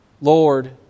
Lord